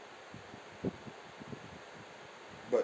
but